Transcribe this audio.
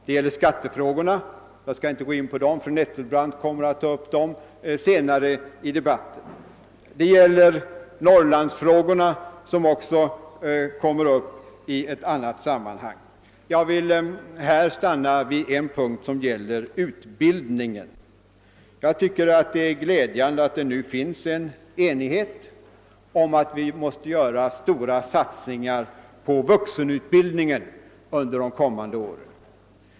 Det gäller t.ex. skattefrågorna; jag skall inte gå in på dem, eftersom fru Nettelbrandt kommer att beröra dem senare i debatten. Det gäller vidare Norrlandsfrågorna, som också behandlas i ett annat sammanhang. Jag vill här stanna vid utbildningsfrågorna. Jag tycker det är glädjande att det nu råder enighet om att vi måste göra stora satsningar på vuxenutbildningen under de kommande åren.